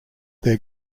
their